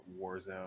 Warzone